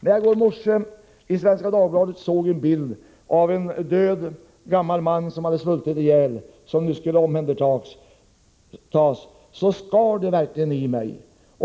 När jag i går morse i Svenska Dagbladet såg en bild av en död gammal man som hade svultit ihjäl och vars lik nu skulle omhändertas skar det verkligen i mig.